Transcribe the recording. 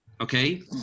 okay